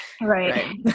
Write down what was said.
right